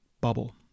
Bubble